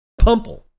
Pumple